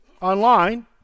online